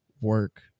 work